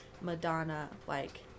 Madonna-like